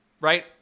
Right